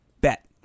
bet